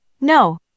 No